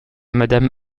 madame